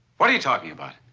what are you talking about?